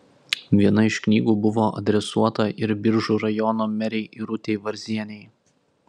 viena iš knygų buvo adresuota ir biržų rajono merei irutei varzienei